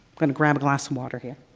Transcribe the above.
going to grab a glass of water here.